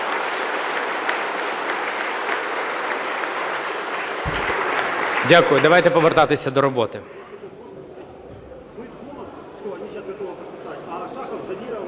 Дякую. Давайте повертатися до роботи.